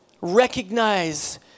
Recognize